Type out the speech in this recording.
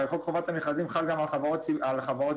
הרי חובת המכרזים חל גם על חברות ממשלתיות.